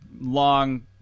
long